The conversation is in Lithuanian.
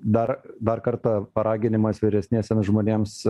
dar dar kartą paraginimas vyresniesiems žmonėms